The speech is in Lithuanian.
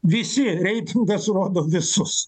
visi reitingas rodo visus